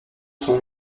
sont